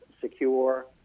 secure